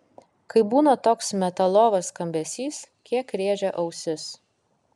kai būna toks metalovas skambesys kiek rėžia ausis